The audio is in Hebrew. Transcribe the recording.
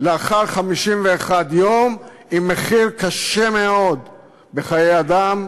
לאחר 51 יום, עם מחיר קשה מאוד בחיי אדם,